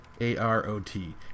A-R-O-T